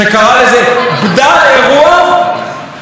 שקרא לזה "בדל אירוע"?